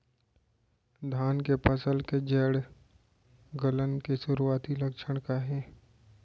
धान के फसल के जड़ गलन के शुरुआती लक्षण का हे?